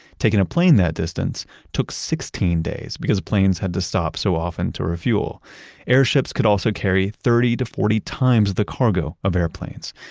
taking a plane that distance took sixteen days because planes had to stop so often to refuel airships could also carry thirty to forty times the cargo of airplanes.